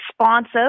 responsive